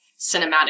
cinematic